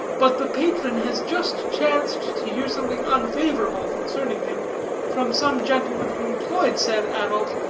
but the patron has just chanced to hear something unfavorable concerning him from some gentleman who employed said adult,